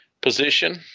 position